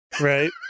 right